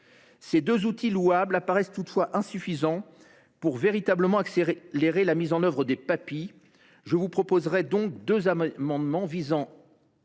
soient ils, apparaissent toutefois insuffisants pour véritablement accélérer la mise en œuvre des Papi. Je vous proposerai donc deux amendements pour